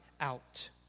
out